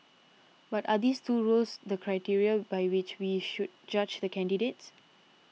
but are these two roles the criteria by which we should judge the candidates